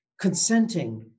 consenting